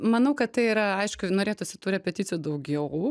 manau kad tai yra aišku norėtųsi tų repeticijų daugiau